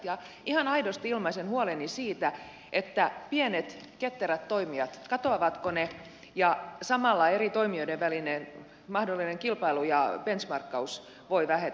ja ihan aidosti ilmaisen huoleni siitä katoavatko pienet ketterät toimijat samalla eri toimijoiden välinen mahdollinen kilpailu ja benchmarkkaus voi vähetä